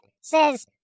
says